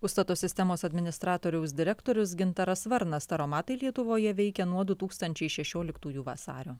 užstato sistemos administratoriaus direktorius gintaras varnas taromatai lietuvoje veikia nuo du tūkstančiai šešioliktųjų vasario